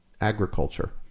agriculture